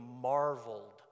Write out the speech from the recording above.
marveled